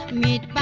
made